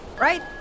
Right